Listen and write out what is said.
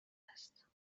است